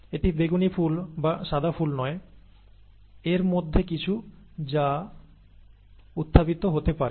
এটি বেগুনি ফুল বা সাদা ফুল নয় এর মধ্যে কিছু আছে যা উত্থাপিত হতে পারে